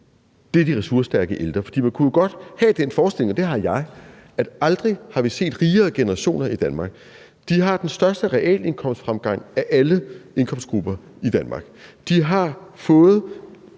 med, er de ressourcestærke ældre. For man kunne jo godt have den forestilling – og det har jeg – at aldrig har vi set rigere generationer i Danmark. De har den største realindkomstfremgang af alle indkomstgrupper i Danmark. De har,